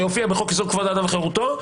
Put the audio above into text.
שהופיעה בחוק-יסוד: כבוד האדם וחירותו.